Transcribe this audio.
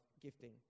gifting